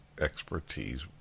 Expertise